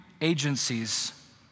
agencies